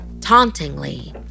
Tauntingly